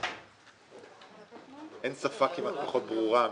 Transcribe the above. שקלים ואין תשובות.